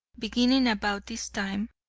beginning about this time,